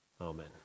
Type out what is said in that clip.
Amen